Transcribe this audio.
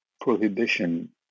prohibition